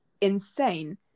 insane